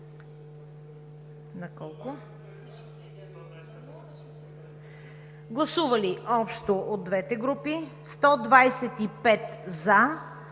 Гласували общо от двете групи: 125 за,